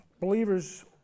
believers